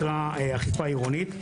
באכיפה עירונית.